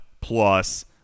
plus